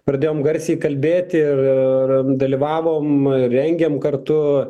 pradėjom garsiai kalbėti ir dalyvavom rengėm kartu